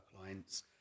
clients